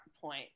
point